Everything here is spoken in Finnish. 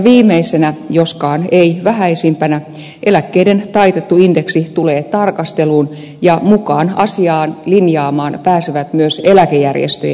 viimeisenä joskaan ei vähäisimpänä eläkkeiden taitettu indeksi tulee tarkasteluun ja mukaan asiaa linjaamaan pääsevät myös eläkejärjestöjen edustajat